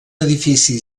edifici